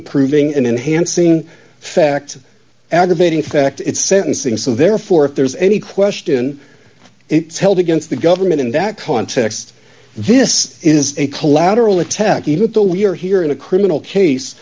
of proving and enhancing fact aggravating fact at sentencing so therefore if there's any question it's held against the government in that context this is a collateral attack even though we're here in a criminal case